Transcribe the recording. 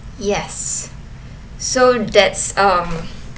yes so that's um